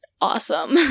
awesome